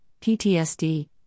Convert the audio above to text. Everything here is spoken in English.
PTSD